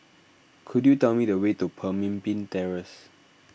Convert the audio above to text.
could you tell me the way to Pemimpin Terrace